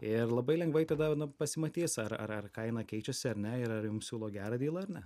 ir labai lengvai tada pasimatys ar ar kaina keičiasi ar ne ir ar jum siūlo gerą dylą ar ne